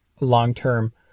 long-term